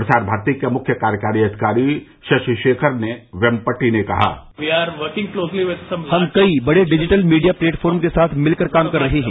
प्रसार भारती के मुख्य कार्यकारी अधिकारी शशि शेखर वेम्पटि ने कहा हम कई बड़े डिजिटल मीडिया प्लेटफॉर्म के साथ मिलकर काम कर रहे हैं